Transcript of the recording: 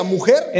Mujer